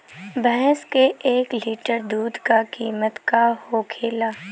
भैंस के एक लीटर दूध का कीमत का होखेला?